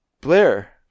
Blair